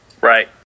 Right